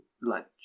lunch